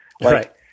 Right